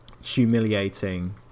humiliating